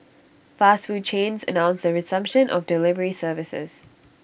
fast food chains announced the resumption of delivery services